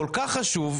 כל כך חשוב,